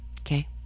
Okay